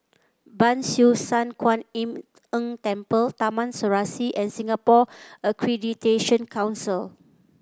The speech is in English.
Ban Siew San Kuan Im Tng Temple Taman Serasi and Singapore Accreditation Council